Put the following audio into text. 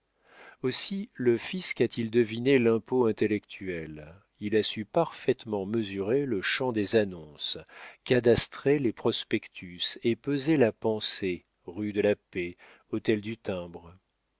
aussi le fisc a-t-il deviné l'impôt intellectuel il a su parfaitement mesurer le champ des annonces cadastrer les prospectus et peser la pensée rue de la paix hôtel du timbre